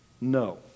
No